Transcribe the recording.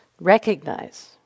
recognize